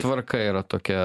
tvarka yra tokia